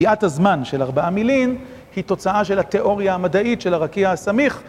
פגיעת הזמן של ארבעה מילים היא תוצאה של התיאוריה המדעית של הרקיע הסמיך.